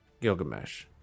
Gilgamesh